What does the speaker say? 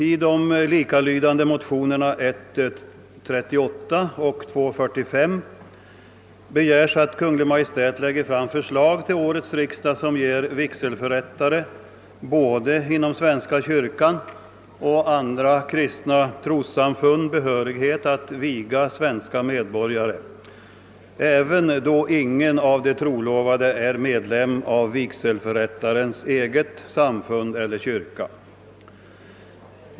I de likalydande motionerna I: 38 och II: 45 begärs att Kungl. Maj:t till årets riksdag lägger fram förslag som ger vigselförrättare både inom svenska kyrkan och inom andra kristna trossamfund behörighet att viga svenska medborgare, även då ingen av de trolovade är medlem av vigselförrättarens eget samfund eller kyrka.